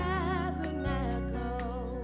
Tabernacle